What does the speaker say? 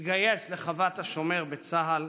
התגייס לחוות השומר בצה"ל,